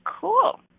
cool